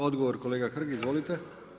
Odgovor kolega Hrg, izvolite.